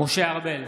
משה ארבל,